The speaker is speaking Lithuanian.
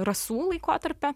rasų laikotarpio